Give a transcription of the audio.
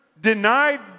denied